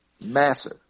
Massive